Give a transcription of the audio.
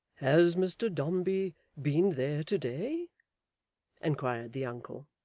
has mr dombey been there to-day inquired the uncle.